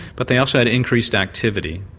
but they also had increased activity,